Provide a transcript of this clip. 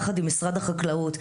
יחד עם משרד החקלאות,